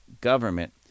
government